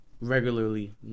regularly